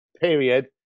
period